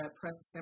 press